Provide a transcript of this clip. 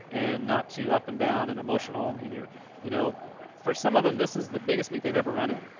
and not too up and down and emotional in your you know for some of them, this is the biggest meet they've ever run in.